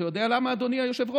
אתה יודע למה, אדוני היושב-ראש?